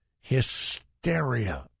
hysteria